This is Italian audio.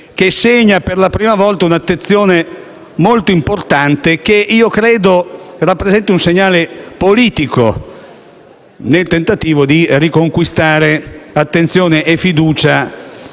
che segna per la prima volta un'attenzione molto importante - che io credo rappresenti un segnale politico - nel tentativo di riconquistare attenzione e fiducia